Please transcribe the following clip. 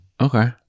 Okay